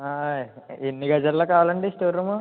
ఆయి ఎన్ని గజాల్లో కావాలండి స్టోర్ రూము